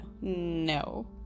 No